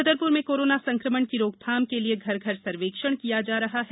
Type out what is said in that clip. छतरपुर में कोरोना संकमण की रोकथाम के लिए घर घर सर्वेक्षण किया जा रहा है